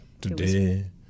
today